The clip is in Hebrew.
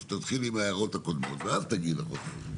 אז תתחילי מההערות הקודמות ואז תגיעי לשוויון.